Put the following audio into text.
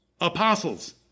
apostles